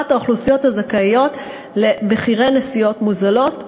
האוכלוסיות הזכאיות למחירי נסיעות מוזלים.